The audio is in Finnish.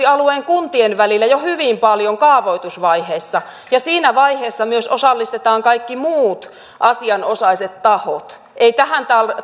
alueen kuntien välillä jo hyvin paljon kaavoitusvaiheessa ja siinä vaiheessa myös osallistetaan kaikki muut asianosaiset tahot ei tähän